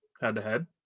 head-to-head